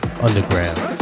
underground